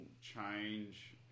change